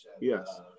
Yes